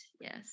yes